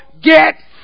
get